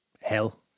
hell